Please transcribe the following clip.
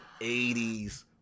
80s